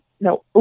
no